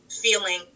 feeling